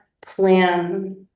plan